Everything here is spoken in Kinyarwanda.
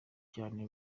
cyane